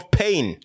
pain